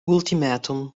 ultimatum